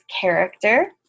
character